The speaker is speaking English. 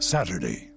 Saturday